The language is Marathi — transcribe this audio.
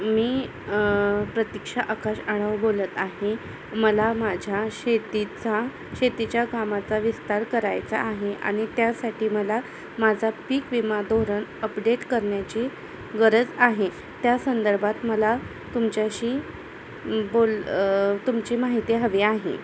मी प्रतिक्षा आकाश आणव बोलत आहे मला माझ्या शेतीचा शेतीच्या कामाचा विस्तार करायचा आहे आणि त्यासाठी मला माझा पीक विमा धोरण अपडेट करण्याची गरज आहे त्या संदर्भात मला तुमच्याशी बोल तुमची माहिती हवी आहे